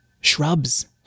shrubs